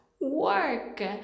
work